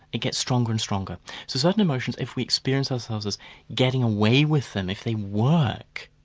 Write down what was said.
it gets stronger and stronger. so certain emotions, if we experience ourselves as getting away with them, if they work,